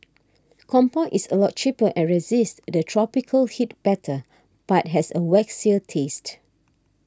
Compound is a lot cheaper and resists the tropical heat better but has a waxier taste